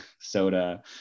soda